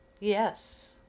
Yes